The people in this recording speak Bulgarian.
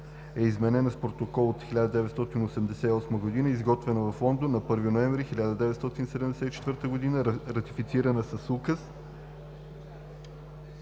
е изменена с Протокола от 1988 г., изготвена в Лондон на 1 ноември 1974 г. ратифицирана с указ